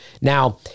Now